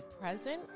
present